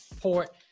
Port